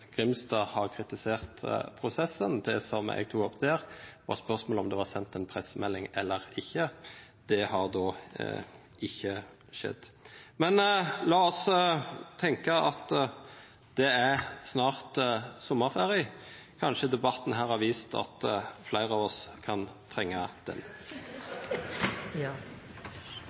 Grimstad har kritisert prosessen. Det som eg tok opp der, var spørsmålet om det var sendt ei pressemelding eller ikkje. Det har då ikkje skjedd. Men lat oss tenkja at det snart er sommarferie. Kanskje debatten her har vist at fleire av oss kan trenga